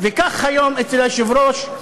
וכך, היום, אצל היושב-ראש,